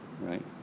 right